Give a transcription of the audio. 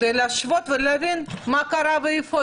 כדי להשוות ולהבין מה קרה ואיפה.